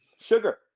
Sugar